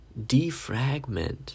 defragment